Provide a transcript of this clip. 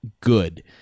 good